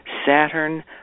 Saturn